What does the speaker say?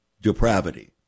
depravity